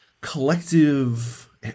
collective